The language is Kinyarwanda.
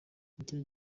nicyo